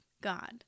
God